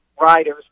riders